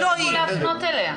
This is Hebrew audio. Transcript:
תפסיקו להפנות אליה.